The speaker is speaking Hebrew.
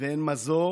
ואין מזור